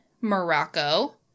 Morocco